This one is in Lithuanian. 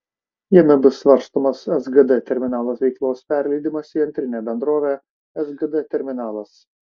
jame bus svarstomas sgd terminalo veiklos perleidimas į antrinę bendrovę sgd terminalas